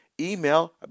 Email